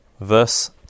Verse